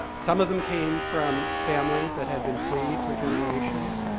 some of them came from families that had been freed for generations.